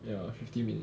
ya fifty minute